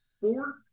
Four